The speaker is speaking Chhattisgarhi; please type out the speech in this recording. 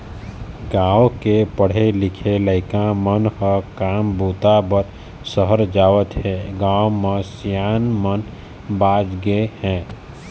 गाँव के पढ़े लिखे लइका मन ह काम बूता बर सहर जावत हें, गाँव म सियान मन बाँच गे हे